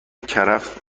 کرفس